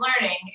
learning